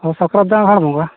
ᱦᱮᱸ ᱥᱟᱠᱨᱟᱛ ᱫᱚ ᱟᱸᱜᱷᱟᱲ ᱵᱚᱸᱜᱟ